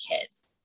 kids